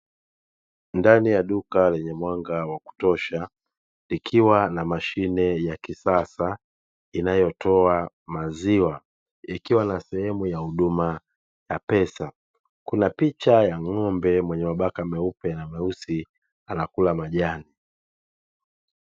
Ndani ya duka lenye mwanga wakutosha likiwa na mashine ya kisasa inayotoa maziwa, ikiwa na sehemu ya huduma ya pesa, kuna picha ya ng'ombe mwenye mabaka meupe na meusi anakula majani.